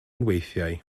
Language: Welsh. weithiau